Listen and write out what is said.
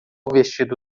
vestido